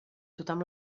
tothom